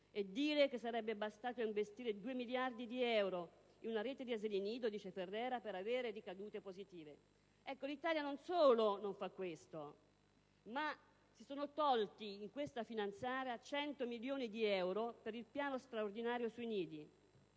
E dire che sarebbe bastato investire 2 miliardi di euro in una rete di asili nido per avere ricadute positive». Ecco, l'Italia non solo non fa questo, ma anzi da questa finanziaria si tolgono 100 milioni di euro per il piano straordinario sui nidi